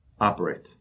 operate